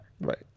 Right